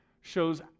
shows